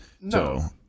No